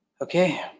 Okay